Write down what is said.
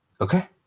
Okay